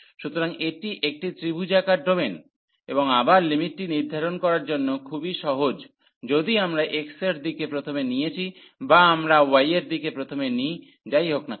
সুতরাং এটি একটি ত্রিভুজাকার ডোমেন এবং আবার লিমিটটি নির্ধারণ করার জন্য খুবই সহজ যদি আমরা x এর দিকে প্রথমে নিয়েছি বা আমরা y এর দিকে প্রথমে নিই যাই হোক না কেন